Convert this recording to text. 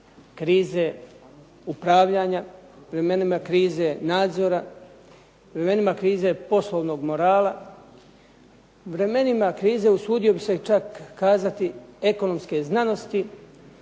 krize upravljanja, vremenima krize nadzora, vremenima krize poslovnog morala, vremenima krize usudio bih se čak kazati ekonomske znanosti,